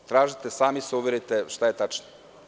Tražite i sami se uverite šta je tačno.